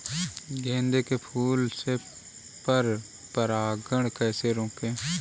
गेंदे के फूल से पर परागण कैसे रोकें?